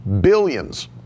Billions